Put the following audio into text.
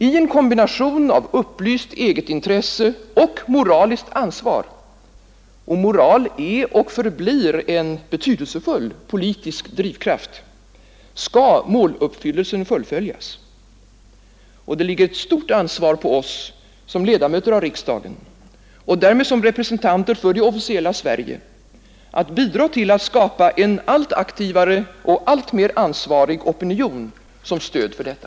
I en kombination av upplyst egetintresse och moraliskt ansvar — och moral är och förblir en betydelsefull politisk drivkraft — skall måluppfyllelsen fullföljas. Och det ligger ett stort ansvar på oss som ledamöter av riksdagen och därmed som representanter för det officiella Sverige att bidraga till att skapa en allt aktivare och alltmer ansvarig opinion som stöd för detta.